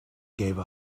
gave